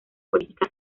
política